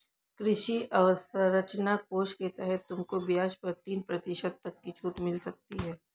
कृषि अवसरंचना कोष के तहत तुमको ब्याज पर तीन प्रतिशत तक छूट मिल सकती है